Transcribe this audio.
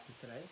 Today